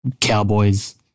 Cowboys